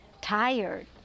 tired